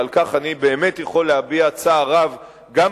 ועל כך אני באמת יכול להביע צער רב גם